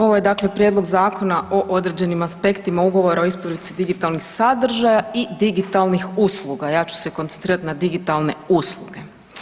Ovo je dakle Prijedlog zakona o određenim aspektima ugovora o isporuci digitalnih sadržaja i digitalnih usluga, ja ću se koncentrirati na digitalne usluge.